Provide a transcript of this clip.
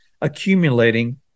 accumulating